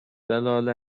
جلال